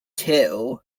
too